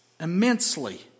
immensely